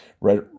right